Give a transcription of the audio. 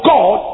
God